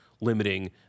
limiting